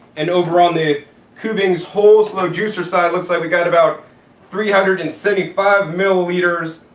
and over on the kuvings whole slow juicer side, it looks like we got about three hundred and seventy-five millimeters,